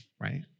right